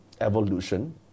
evolution